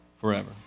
forever